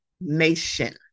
nation